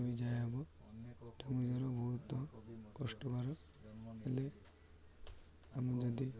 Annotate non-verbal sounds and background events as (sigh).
(unintelligible) dengue ଜ୍ୱର ବହୁତ କଷ୍ଟକର ହେଲେ ଆମ ଯଦି